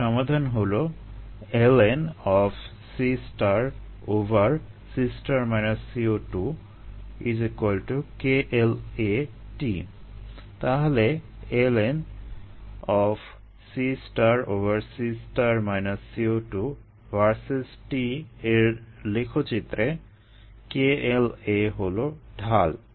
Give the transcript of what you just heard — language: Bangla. এর সমাধান হলো তাহলে এর লেখচিত্রে kLa হলো ঢাল